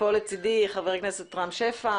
פה לצדי חבר הכנסת רם שפע,